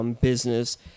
business